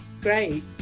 great